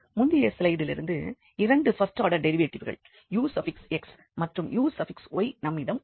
முந்தின சிலைடிலிருந்து 2 first order டெரிவேட்டிவ்கள் ux மற்றும் uy நம்மிடம் உள்ளது